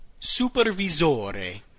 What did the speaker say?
supervisore